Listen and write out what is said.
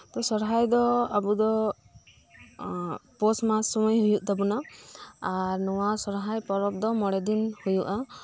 ᱛᱚ ᱥᱚᱦᱨᱟᱭ ᱫᱚ ᱟᱵᱚ ᱫᱚ ᱯᱳᱥ ᱢᱟᱥ ᱥᱩᱢᱟᱹᱭ ᱦᱳᱭᱳᱜ ᱛᱟᱵᱚᱱᱟ ᱟᱨ ᱱᱚᱶᱟ ᱥᱚᱦᱨᱟᱭ ᱯᱚᱨᱚᱵᱽ ᱫᱚ ᱢᱚᱬᱮ ᱫᱤᱱ ᱦᱳᱭᱳᱜᱼᱟ